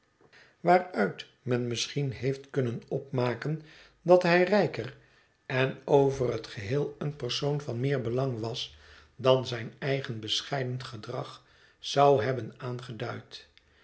waaruit men misschien heeft kunnen opmaken dat hij rijker en over het geheel een persoon van meer belang was dan zijn eigen bescheiden gedrag zou hebben aangeduid